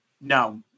No